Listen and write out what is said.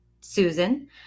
Susan